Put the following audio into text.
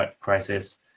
crisis